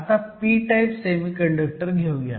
आता p type semiconductor घेऊयात